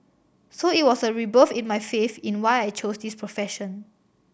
so it was a rebirth in my faith in why I chose this profession